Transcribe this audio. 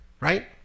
Right